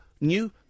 new